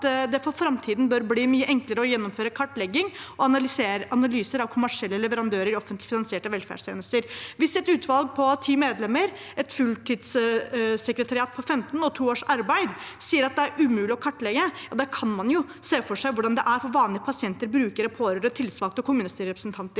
det i framtiden bør bli mye enklere å gjennomføre kartlegging og analyser av kommersielle leverandører i offentlig finansierte velferdstjenester. Hvis et utvalg på 10 medlemmer, et fulltidssekretariat på 15 medlemmer og 2 års arbeid sier at det er umulig å kartlegge, kan man jo se for seg hvordan det er for vanlige pasienter, brukere, pårørende, tillitsvalgte, kommunestyrerepresentanter